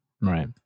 right